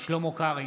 שלמה קרעי,